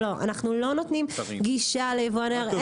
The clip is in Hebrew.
לא, אני לא נותנת לו גישה למידע.